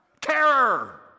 terror